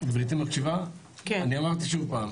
שוב פעם,